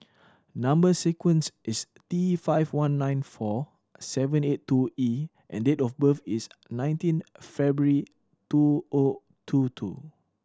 number sequence is T five one nine four seven eight two E and date of birth is nineteen February two O two two